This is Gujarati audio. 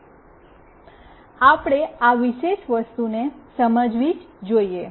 આપણે આ વિશેષ વસ્તુને સમજવી જ જોઇએ